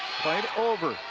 played over.